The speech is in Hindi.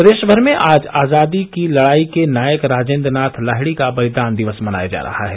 प्रदेश भर में आज आजादी की लड़ाई के नायक राजेन्द्र नाथ लाहिड़ी का बलिदान दिव्स मनाया जा रहा है